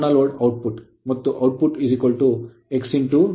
ಆದ್ದರಿಂದ V2I2flcos ∅2 ಪೂರ್ಣ load output ಮತ್ತು ಔಟ್ ಪುಟ್ X Pfl ಆಗಿದೆ